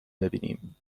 بیینیم